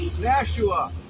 Nashua